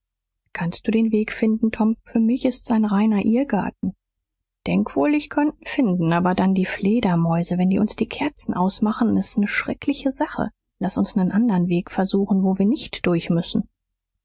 kannst du den weg finden tom für mich ist's ein reiner irrgarten denk wohl ich könnt n finden aber dann die fledermäuse wenn die uns die kerzen ausmachen ist's ne schreckliche sache laß uns nen anderen weg versuchen wo wir nicht durch müssen